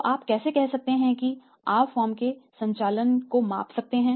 तो आप कैसे कह सकते हैं कि आप फर्म के संचालन को माप सकते हैं